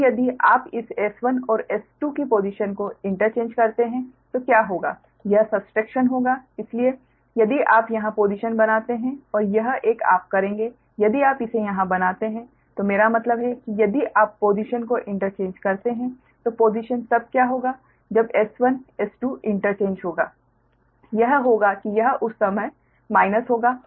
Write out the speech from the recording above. अब यदि आप इस S1 और S2 की पोसिशन को इंटरचेंज करते हैं तो क्या होगा यह सब्स्ट्रेक्शन होगा यदि आप यहाँ पोसिशन बनाते हैं और यह एक आप करेंगे यदि आप इसे यहाँ बनाते हैं तो मेरा मतलब है यदि आप पोसिशन को इंटरचेंज करते हैं तो पोसिशन तब क्या होगा जब S1 S2 इंटरचेंज होगा यह होगा कि यह उस समय माइनस होगा